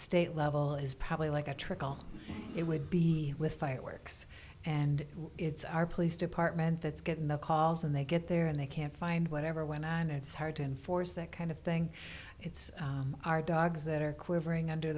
state level is probably like a trickle it would be with fireworks and it's our police department that is getting the calls and they get there and they can't find whatever when i know it's hard to enforce that kind of thing it's our dogs that are quivering under